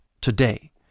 today